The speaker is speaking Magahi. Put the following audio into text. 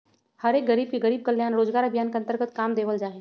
हर एक गरीब के गरीब कल्याण रोजगार अभियान के अन्तर्गत काम देवल जा हई